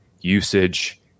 usage